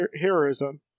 heroism